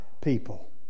people